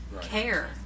care